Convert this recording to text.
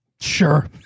Sure